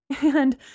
And